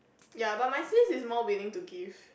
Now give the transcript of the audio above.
ya but my sis is more willing to give